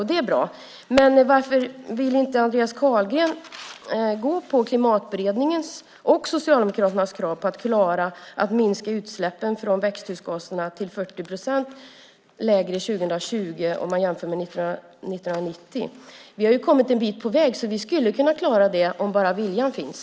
Det är bra. Men varför vill Andreas Carlgren inte ansluta sig till Klimatberedningens och Socialdemokraternas krav att utsläppen av växthusgaser ska vara 40 procent lägre 2020 än de var 1990? Vi har kommit en bit på väg, så vi skulle kunna klara det om bara viljan fanns.